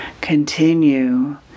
Continue